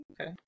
Okay